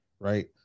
Right